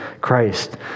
Christ